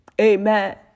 Amen